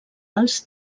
els